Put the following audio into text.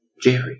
Jerry